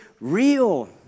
real